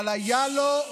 אבל היה לו,